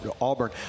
Auburn